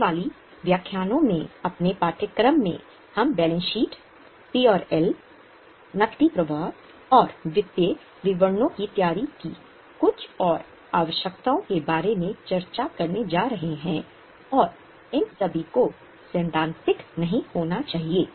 आने वाले व्याख्यानों में अपने पाठ्यक्रम में हम बैलेंस शीट पी और एल नकदी प्रवाह और वित्तीय विवरणों की तैयारी की कुछ और आवश्यकताओं के बारे में चर्चा करने जा रहे हैं और इन सभी को सैद्धांतिक नहीं होना चाहिए